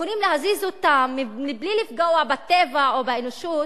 שיכולים להזיז אותם מבלי לפגוע בטבע או באנושות,